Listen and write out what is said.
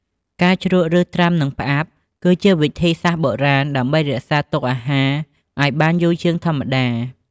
ការជ្រក់ ត្រាំ និងផ្អាប់ គឺជាវិធីសាស្ត្របុរាណដើម្បី រក្សាទុកអាហារ ឲ្យបានយូរជាងធម្មតា។